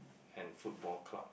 and football club